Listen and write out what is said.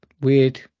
weird